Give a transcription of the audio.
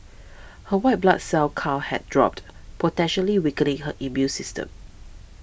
her white blood cell count had dropped potentially weakening her immune system